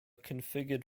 configured